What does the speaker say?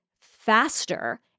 faster